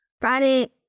Friday